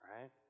right